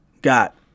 got